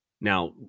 Now